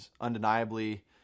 undeniably